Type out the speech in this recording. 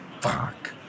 fuck